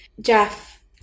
Jeff